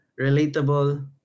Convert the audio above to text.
relatable